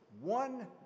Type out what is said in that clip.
one